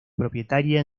propietaria